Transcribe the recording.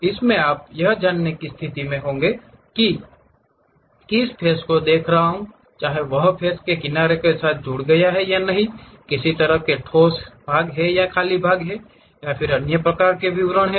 इसमें आप यह जानने की स्थिति में होंगे कि मैं किस फ़ेस को देख रहा हूं चाहे वह फ़ेस किसी भी किनारे से जोड़ा गया हो या नहीं किस तरह के ठोस हैं जाली और अन्य प्रकार के विवरण हैं